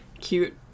cute